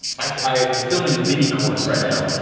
i am filming a mini course right now.